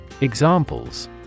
Examples